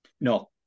No